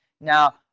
Now